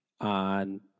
on